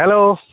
hello